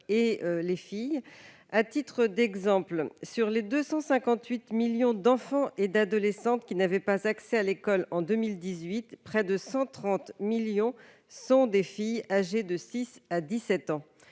en général. À titre d'exemple, sur les 258 millions d'enfants et d'adolescents qui n'avaient pas accès à l'école en 2018, près de 130 millions sont des filles âgées de 6 ans à 17 ans,